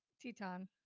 teton